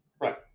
right